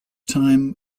time